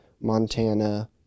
montana